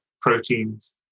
proteins